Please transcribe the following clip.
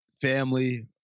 family